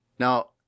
Now